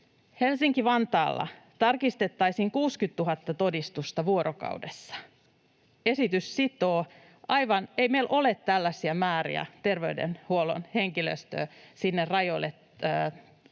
Helsinki-Vantaalla tarkistettaisiin 60 000 todistusta vuorokaudessa. Esitys sitoo — aivan, ei meillä ole tällaisia määriä terveydenhuollon henkilöstöä sinne rajoille